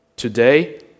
Today